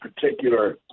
particular